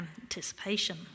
anticipation